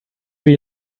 you